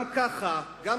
אתה